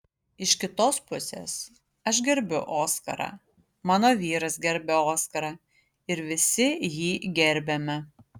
iš kitos pusės aš gerbiu oskarą mano vyras gerbia oskarą ir visi jį gerbiame